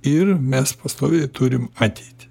ir mes pastoviai turim ateitį